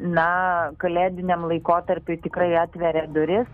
na kalėdiniam laikotarpiui tikrai atveria duris